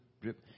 drip